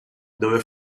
dove